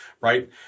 right